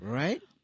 right